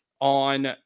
on